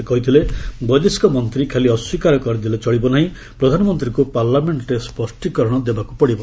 ସେ କହିଥିଲେ ବୈଦେଶିକ ମନ୍ତ୍ରୀ ଖାଲି ଅସ୍ୱୀକାର କରିଦେଲେ ଚଳିବ ନାହିଁ ପ୍ରଧାନମନ୍ତ୍ରୀଙ୍କୁ ପାର୍ଲାମେଣ୍ଟରେ ସ୍ୱଷ୍ଟୀକରଣ ଦେବାକୁ ପଡିବ